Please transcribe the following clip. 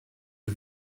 are